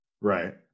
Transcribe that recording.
Right